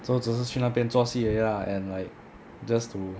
so 只是去那边做戏而已 lah and like just to